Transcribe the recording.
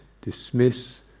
dismiss